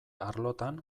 arlotan